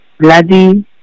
Bloody